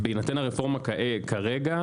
בהינתן הרפורמה כרגע,